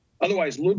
otherwise